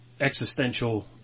existential